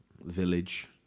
village